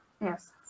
Yes